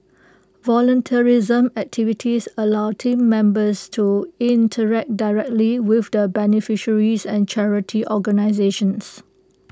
volunteerism activities allow Team Members to interact directly with the beneficiaries and charity organisations